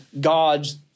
God's